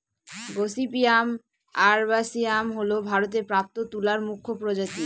gossypium arboreum হল ভারতে প্রাপ্ত তুলার মুখ্য প্রজাতি